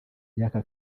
y’aka